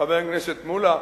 חבר הכנסת מולה,